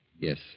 Yes